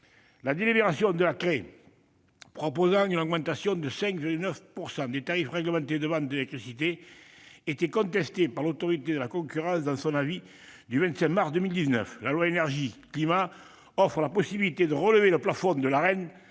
La délibération de la CRE proposant une augmentation de 5,9 % des tarifs réglementés de vente d'électricité a été contestée par l'Autorité de la concurrence dans son avis du 25 mars 2019. La loi relative à l'énergie et au climat offre la possibilité de relever le plafond du tarif